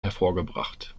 hervorgebracht